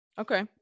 Okay